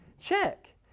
Check